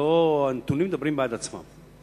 הנתונים מדברים בעד עצמם.